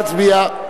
נא להצביע.